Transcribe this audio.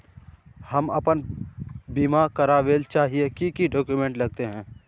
हम अपन बीमा करावेल चाहिए की की डक्यूमेंट्स लगते है?